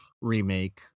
remake